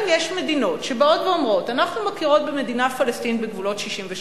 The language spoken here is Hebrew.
אם יש מדינות שבאות ואומרות: אנחנו מכירות במדינה פלסטינית בגבולות 67',